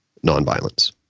nonviolence